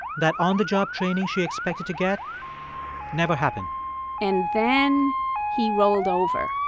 that on-the-job training she expected to get never happened and then he rolled over.